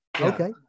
okay